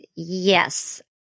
Yes